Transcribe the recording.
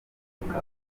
afurika